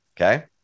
Okay